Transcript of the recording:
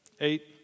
Eight